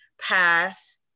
pass